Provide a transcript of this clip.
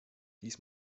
das